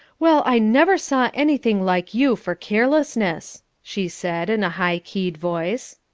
well, i never saw anything like you for carelessness, she said in a high-keyed voice.